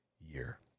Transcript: year